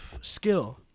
Skill